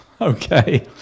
Okay